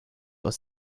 aus